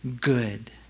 good